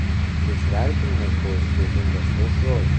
šis vertimas buvo išspausdintas aušroj